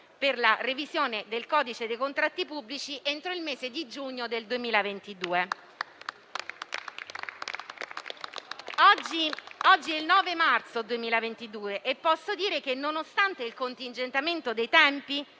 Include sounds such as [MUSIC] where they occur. per la revisione del codice dei contratti pubblici entro il mese di giugno 2022. [APPLAUSE] Oggi, 9 marzo 2022, posso dire che nonostante il contingentamento dei tempi,